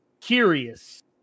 curious